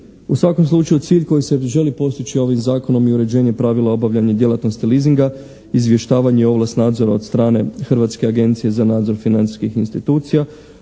U svakom slučaju cilj koji se želi postići ovim Zakonom je uređenje pravila obavljanja djelatnosti leasinga, izvještavanje i ovlast nadzora od strane Hrvatske agencije za nadzor financijskih institucija,